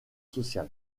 social